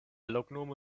loknomo